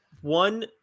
one